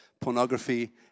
pornography